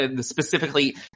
specifically